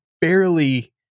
barely